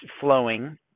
flowing